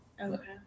Okay